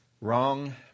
Wrong